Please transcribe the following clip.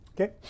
Okay